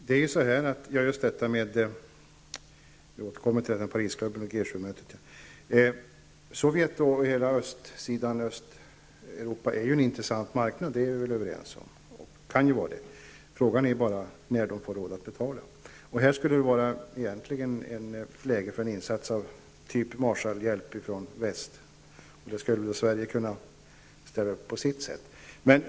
Herr talman! Jag återkommer till Parisklubben och Sovjet och hela Östeuropa är ju eller kan ju vara en intressant marknad -- det är vi väl överens om? Frågan är bara när man i de länderna får råd att betala. Här skulle det egentligen vara läge för en insats typ Marshallhjälp från väst. Där skulle Sverige kunna ställa upp på sitt sätt.